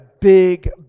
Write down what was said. big